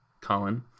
Colin